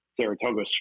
Saratoga